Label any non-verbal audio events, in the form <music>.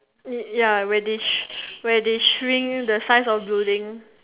<noise> ya where they she where they shrink the size of building